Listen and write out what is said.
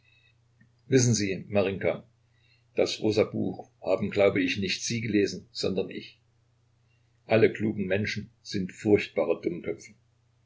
wissen sie marinjka das rosa buch haben glaube ich nicht sie gelesen sondern ich alle klugen menschen sind furchtbare dummköpfe